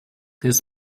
his